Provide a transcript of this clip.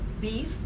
beef